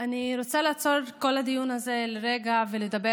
רוצה לעצור את כל הדיון הזה לרגע ולדבר